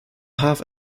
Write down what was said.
half